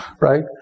Right